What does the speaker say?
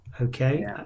Okay